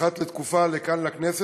אחת לתקופה לכאן לכנסת.